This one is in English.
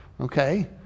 Okay